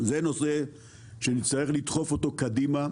זה נושא שנצטרך לדחוף אותו קדימה.